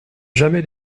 jamais